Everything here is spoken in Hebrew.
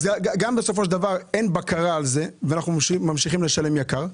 אז גם בסופו של דבר אין על זה בקרה ואנחנו ממשיכים לשלם יקר.